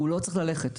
הוא לא צריך ללכת.